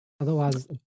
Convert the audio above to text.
Otherwise